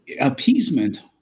appeasement